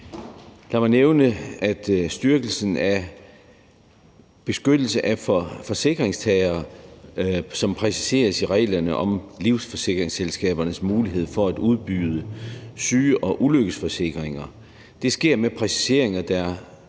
Lad mig nævne, at styrkelsen af beskyttelse af forsikringstagere, som præciseres i reglerne om livsforsikringsselskabernes mulighed for at udbyde syge- og ulykkesforsikringer, sker med præciseringer, der